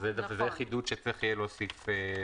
זה חידוד שצריך יהיה להוסיף בנוסח.